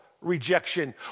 rejection